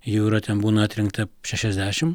jų yra ten būna atrinkta šešiasdešim